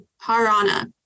Parana